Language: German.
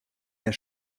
der